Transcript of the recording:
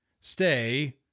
stay